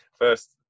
First